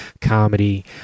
comedy